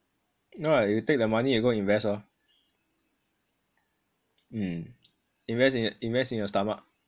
no lah if you take the money you go invest lor mm invest in inveset in your stomach